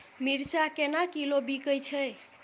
मिर्चा केना किलो बिकइ छैय?